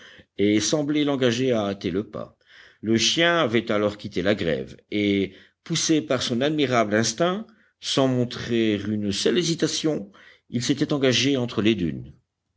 et semblait l'engager à hâter le pas le chien avait alors quitté la grève et poussé par son admirable instinct sans montrer une seule hésitation il s'était engagé entre les dunes